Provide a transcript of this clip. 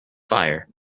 fire